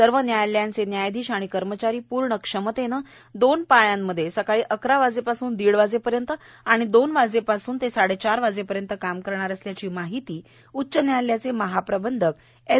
सर्व न्यायालयांचे न्यायाधिश आणि कर्मचारी पूर्ण क्षमतेनं दोन पाळ्यांत सकाळी अकरावाजेपासून दीडवाजेपर्यंत आणि दोन वाजेपासून ते साडेचार वाजेपर्यंत काम करणार असल्याची माहिती उच्च न्यायालयाचे महाप्रबंधक एस